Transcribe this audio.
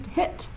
hit